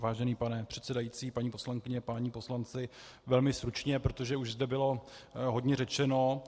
Vážený pane předsedající, paní poslankyně, páni poslanci, velmi stručně, protože už zde bylo hodně řečeno.